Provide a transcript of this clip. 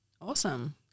Awesome